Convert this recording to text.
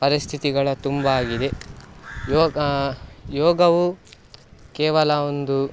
ಪರಿಸ್ಥಿತಿಗಳು ತುಂಬ ಆಗಿದೆ ಯೋಗ ಯೋಗವು ಕೇವಲ ಒಂದು